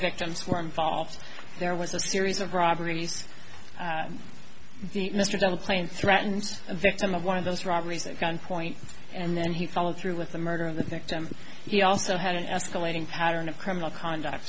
victims were involved there was a series of robberies mr dunn playing threatens a victim of one of those robberies at gunpoint and then he followed through with the murder of the victim he also had an escalating pattern of criminal conduct